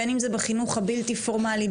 בין אם זה בחינוך הבלתי פורמלי,